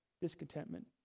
discontentment